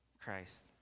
Christ